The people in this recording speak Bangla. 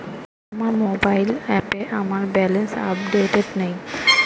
আমার মোবাইল অ্যাপে আমার ব্যালেন্স আপডেটেড নেই